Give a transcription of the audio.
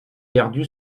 perdue